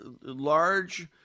large